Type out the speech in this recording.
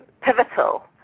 pivotal